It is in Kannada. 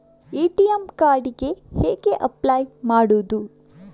ಎ.ಟಿ.ಎಂ ಕಾರ್ಡ್ ಗೆ ಹೇಗೆ ಅಪ್ಲೈ ಮಾಡುವುದು?